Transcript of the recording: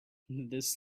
this